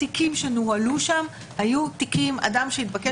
התיקים שנוהלו שם, אדם שהתבקש